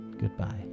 Goodbye